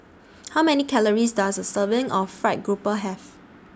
How Many Calories Does A Serving of Fried Grouper Have